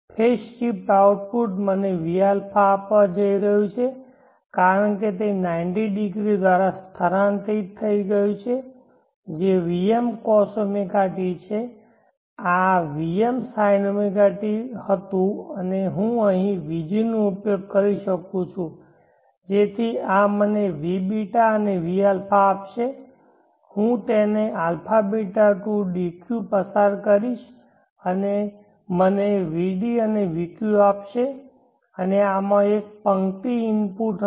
phase shift output મને vα આપવા જઈ રહ્યું છે કારણ કે તે 90 દ્વારા સ્થળાંતરિત થઈ ગયું છે જે vm cosωt છે આ vm sinωt હતું અને હું અહીં vg નો ઉપયોગ કરી શકું છું જેથી આ મને vβ અને vα આપી શકશે અને હું તેને αβ to dq પસાર કરીશ મને vd અને vq આપશે અને આમાં એક પંક્તિ ઇનપુટ હશે